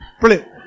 Brilliant